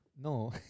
No